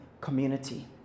community